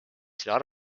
selle